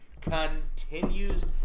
continues